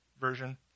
version